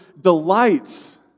delights